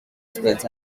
spells